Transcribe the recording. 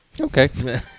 Okay